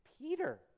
Peter